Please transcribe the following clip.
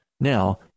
Now